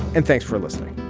and thanks for listening